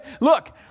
Look